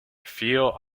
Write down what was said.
feel